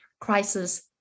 Crisis